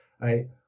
right